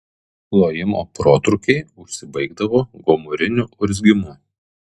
lojimo protrūkiai užsibaigdavo gomuriniu urzgimu